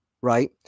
right